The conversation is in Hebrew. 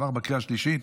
עברה בקריאה השלישית,